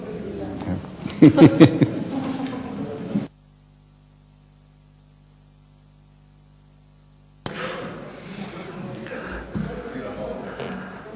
Hvala